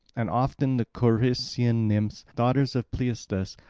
and often the corycian nymphs, daughters of pleistus,